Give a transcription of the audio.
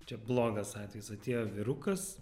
čia blogas atvejis atėjo vyrukas